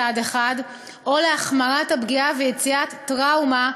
מצד אחד, או להחמרת הפגיעה ויצירת טראומה,